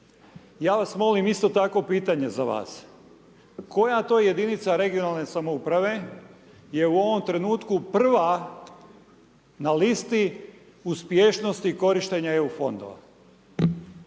Ja vas molim isto tako pitanje za vas, koja to jedinica regionalne samouprave je u ovom trenutku prva na listi uspješnosti korištenja EU fondova?